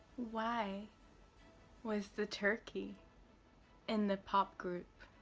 why was the turkey in the pop group?